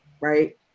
right